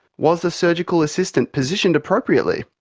was the surgical assistant positioned appropriately?